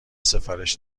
سفارش